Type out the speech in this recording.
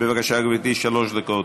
בבקשה, גברתי, שלוש דקות.